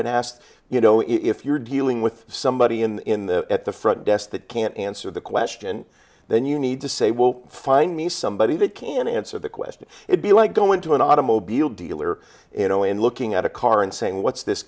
and ask you know if you're dealing with somebody in at the front desk that can't answer the question then you need to say will find me somebody that can answer the question it be like going to an automobile dealer you know in looking at a car and saying what's this